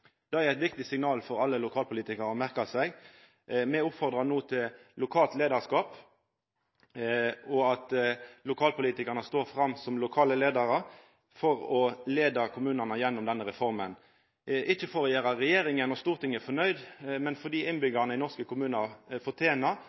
Det er eit viktig signal for alle lokalpolitikarar å merkja seg. Me oppfordrar no til lokalt leiarskap og til at lokalpolitikarane står fram som lokale leiarar for å leia kommunane gjennom denne reforma. Det er ikkje for å gjera regjeringa og Stortinget fornøgde, men fordi innbyggjarane i norske kommunar fortener